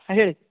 ಹಾಂ ಹೇಳಿ